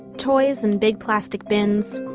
toys in big plastic bins,